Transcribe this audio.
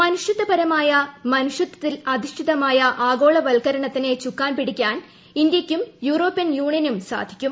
മനുഷൃത്വപരമായ മനുഷൃത്വത്തിൽ അധിഷ്ഠിതമായ ആഗോളവത്ക്കരണത്തിന് ചുക്കാൻ പിടിക്കാൻ ഇന്ത്യക്കും യൂറോപ്യൻ യൂണിയനും സാധിക്കും